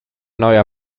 neuer